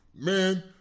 Man